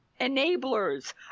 enablers